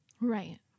right